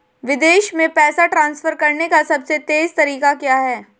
विदेश में पैसा ट्रांसफर करने का सबसे तेज़ तरीका क्या है?